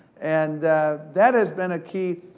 and that has been a key,